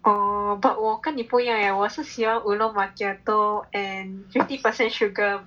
oh but 我跟你不一样 leh 我是喜欢 oolong macchiato and fifty percent sugar